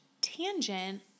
tangent